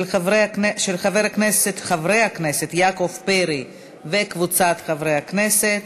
של חברי הכנסת יעקב פרי וקבוצת חברי הכנסת.